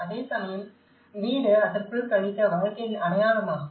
அதேசமயம் வீடு அதற்குள் கழித்த வாழ்க்கையின் அடையாளமாகும்